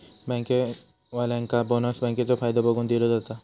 बँकेवाल्यांका बोनस बँकेचो फायदो बघून दिलो जाता